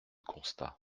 constat